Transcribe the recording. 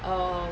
um